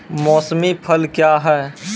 मौसमी फसल क्या हैं?